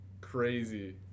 crazy